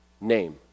name